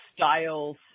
styles